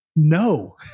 No